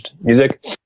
music